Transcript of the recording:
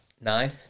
Nine